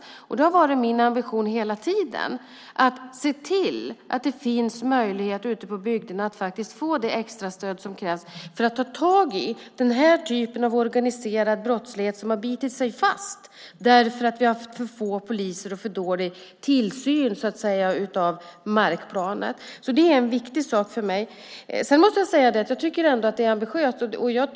Hela tiden har det varit min ambition att se till att det ute i bygderna finns möjligheter att få det extrastöd som krävs när det gäller att ta tag i den typ av organiserad brottslighet som bitit sig fast därför att vi har haft för få poliser och för dålig tillsyn så att säga av markplanet. Detta är en viktig sak för mig. Jag tycker att det är ambitiöst.